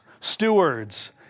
stewards